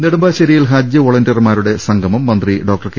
നെടുമ്പാശ്ശേരിയിൽ ഹജ്ജ് വളണ്ടിയർമാരുടെ സംഗമം മന്ത്രി കെ